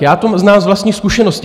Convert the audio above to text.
Já to znám z vlastní zkušenosti.